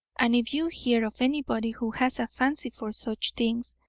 and if you hear of anybody who has a fancy for such things,